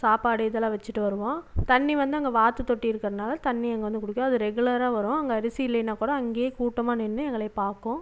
சாப்பாடு இதெல்லாம் வெச்சுட்டு வருவோம் தண்ணி வந்து அங்கே வாத்து தொட்டி இருக்கிறனால தண்ணி அங்கே வந்து குடிக்கும் அது ரெகுலராக வரும் அங்கே அரிசி இல்லைனா கூட அங்கேயே கூட்டமாக நின்று எங்களையே பார்க்கும்